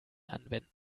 anwenden